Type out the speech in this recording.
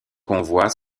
convois